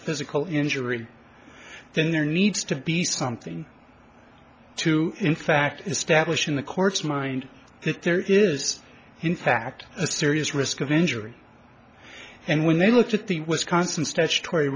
physical injury then there needs to be something to in fact establish in the court's mind that there is in fact a serious risk of injury and when they looked at the wisconsin statutory